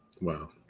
Wow